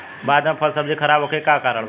भारत में फल सब्जी खराब होखे के का कारण बा?